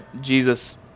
Jesus